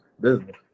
business